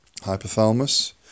Hypothalamus